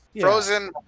Frozen